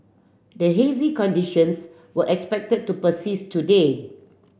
the hazy conditions were expected to persist today